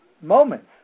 moments